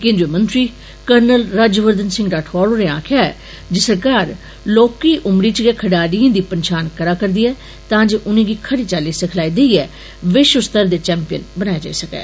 केंद्रीय मंत्री कर्नल राज्यवर्धन सिंह राठौर होरें आक्खेआ जे सरकार लौह्की उमरी च गै खडारियें दी पंछान करै'रदी ऐ तां जे उनेंगी खरी चाल्ली सिखलाई देईये विष्वस्तरीय चैंपियन बनाया जाई सकै